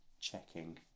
checking